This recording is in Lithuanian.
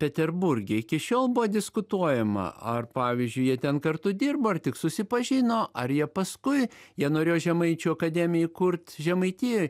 peterburge iki šiol buvo diskutuojama ar pavyzdžiui jie ten kartu dirbo ar tik susipažino ar jie paskui jie norėjo žemaičių akademiją įkurt žemaitijoj